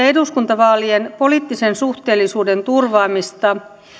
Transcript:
eduskuntavaalien poliittisen suhteellisuuden turvaamista